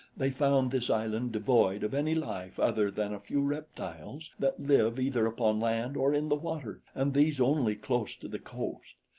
they found this island devoid of any life other than a few reptiles that live either upon land or in the water and these only close to the coast.